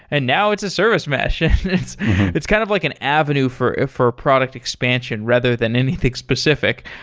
and now it's a service mesh. it's it's kind of like an avenue for ah for product expansion rather than anything specific.